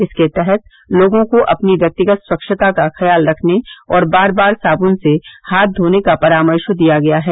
इसके तहत लोगों को अपनी व्यक्तिगत स्वच्छता का ख्याल रखने और बार बार सादुन से हाथ धोने का परामर्श दिया गया है